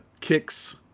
kicks